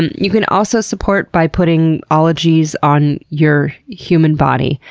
and you can also support by putting ologies on your human body,